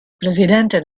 presidente